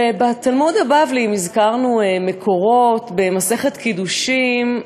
ובתלמוד הבבלי, אם הזכרנו מקורות, במסכת קידושין,